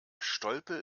stolpe